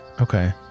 okay